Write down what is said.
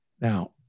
Now